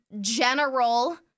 general